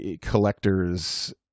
collectors